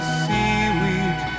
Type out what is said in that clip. seaweed